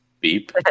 Beep